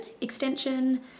extension